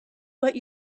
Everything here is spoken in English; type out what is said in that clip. what